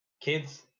Kids